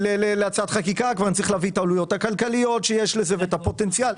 להצעת חקיקה נצטרך להביא עלויות הכלכליות שיש ואת הפוטנציאל.